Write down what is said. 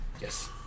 Yes